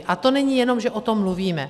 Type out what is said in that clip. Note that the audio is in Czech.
A to není jenom, že o tom mluvíme.